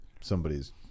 somebody's